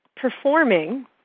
performing